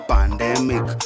Pandemic